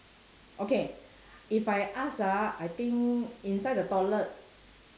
okay if I ask ah I think inside the toilet